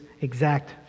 exact